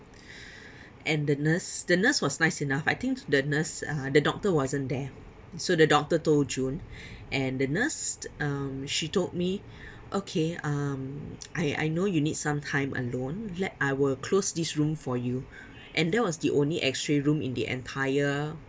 and the nurse the nurse was nice enough I think the nurse uh the doctor wasn't there so the doctor told june and the nurse um she told me okay um I I know you need some time alone let I will close this room for you and that was the only X ray room in the entire